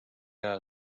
ole